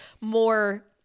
more